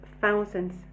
thousands